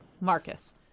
Marcus